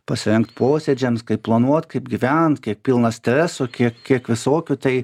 pasirengt posėdžiams kaip planuot kaip gyvent kiek pilna streso kiek kiek visokių tai